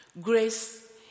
Grace